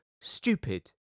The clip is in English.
stupid